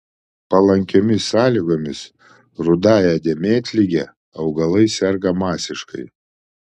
palankiomis sąlygomis rudąja dėmėtlige augalai serga masiškai